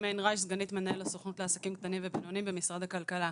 סגנית מנהל הסוכנות לעסקים קטנים ובינוניים במשרד הכלכלה.